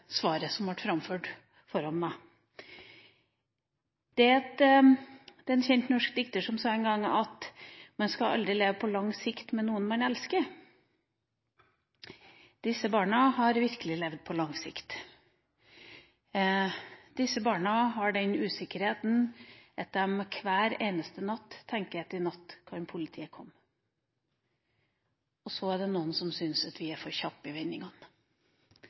svaret som ble framført for meg. En kjent norsk dikter sa en gang at man skal aldri leve på lang sikt med noen man elsker. Disse barna har virkelig levd på lang sikt. Disse barna lever under den usikkerheten at de hver eneste natt tenker at i natt kan politiet komme. Og så er det noen som syns at vi er for kjappe i